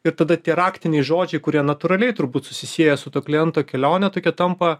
ir tada tie raktiniai žodžiai kurie natūraliai turbūt susisieja su to kliento kelione tokia tampa